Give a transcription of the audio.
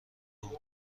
بود